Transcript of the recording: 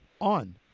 on